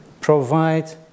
provide